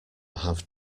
have